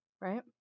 right